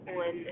on